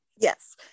Yes